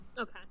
Okay